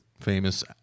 famous